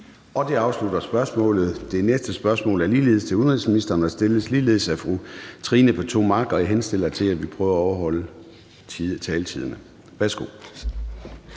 Det afslutter spørgsmålet. Det næste spørgsmål er ligeledes til udenrigsministeren og stilles ligeledes af fru Trine Pertou Mach. Jeg henstiller til, at vi prøver at overholde taletiderne. Kl.